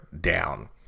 down